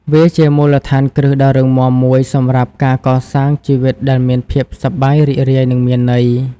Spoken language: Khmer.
វាជាមូលដ្ឋានគ្រឹះដ៏រឹងមាំមួយសម្រាប់ការកសាងជីវិតដែលមានភាពសប្បាយរីករាយនិងមានន័យ។